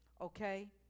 okay